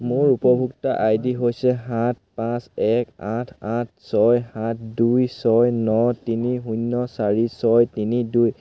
মোৰ উপভোক্তা I D হৈছে সাত পাঁচ এক আঠ আঠ ছয় সাত দুই ছয় ন তিনি শূন্য চাৰি ছয় তিনি দুই